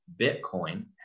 Bitcoin